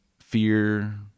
fear